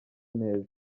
neza